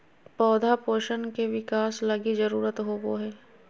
पौधा पोषण के बिकास लगी जरुरत होबो हइ